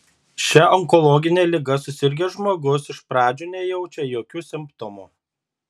šia onkologine liga susirgęs žmogus iš pradžių nejaučia jokių simptomų